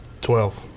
Twelve